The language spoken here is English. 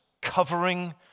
covering